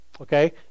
Okay